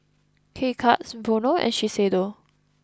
K Cuts Vono and Shiseido